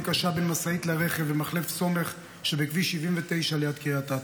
קשה בין משאית לרכב במחלף סומך שבכביש 79 ליד קריית אתא.